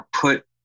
put